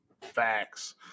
Facts